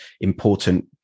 important